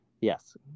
Yes